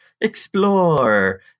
explore